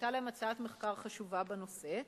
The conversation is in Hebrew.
היתה להם הצעת מחקר חשובה בנושא,